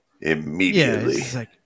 Immediately